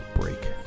break